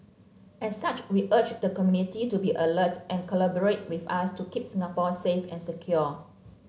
as such we urge the community to be alert and collaborate with us to keep Singapore safe and secure